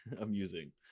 amusing